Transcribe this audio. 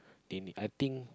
they need I think